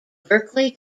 berkeley